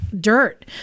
dirt